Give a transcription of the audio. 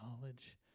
knowledge